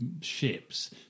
ships